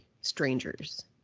strangers